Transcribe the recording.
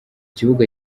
kibuga